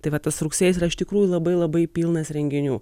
tai va tas rugsėjis yra iš tikrųjų labai labai pilnas renginių